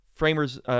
framers